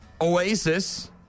Oasis